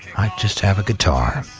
i just have a guitar.